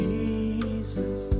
Jesus